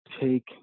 take